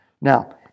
Now